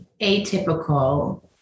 atypical